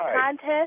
contest